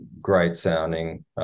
great-sounding